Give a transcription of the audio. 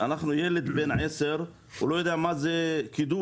ילד בן עשר אצלנו לא יודע מה זה קידוח